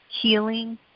healing